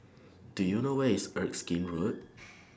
Do YOU know Where IS Erskine Road